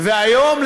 היום,